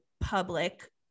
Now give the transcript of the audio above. public